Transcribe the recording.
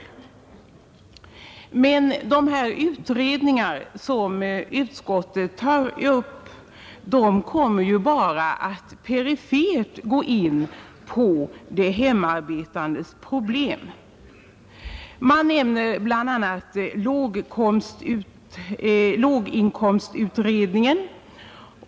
Men de här utredningarna som utskottet talar om kommer ju bara att perifert gå in på de hemarbetandes problem, Utskottet nämner bl.a. låginkomstutredningen.